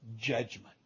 judgment